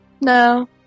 No